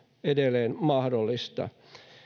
edelleen mahdollista